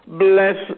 bless